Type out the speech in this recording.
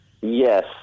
Yes